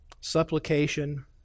Supplication